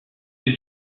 ces